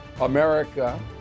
America